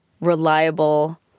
reliable